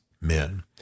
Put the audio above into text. men